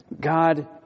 God